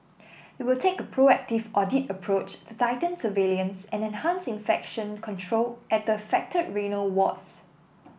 it will take a proactive audit approach to tighten surveillance and enhance infection control at the affected renal wards